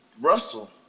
Russell